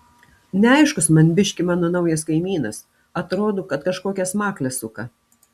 neaiškus man biškį mano naujas kaimynas atrodo kad kažkokias makles suka